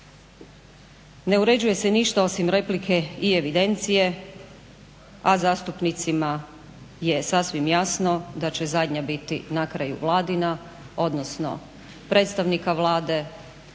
Ne uređuje se ništa osim replike i evidencije, a zastupnicima je sasvim jasno da će zadnja biti na kraju vladina odnosno predstavnika Vlade,